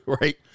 right